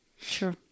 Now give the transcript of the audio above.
Sure